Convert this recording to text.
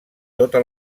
tota